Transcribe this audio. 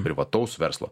privataus verslo